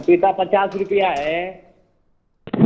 पपीता पचास रुपये है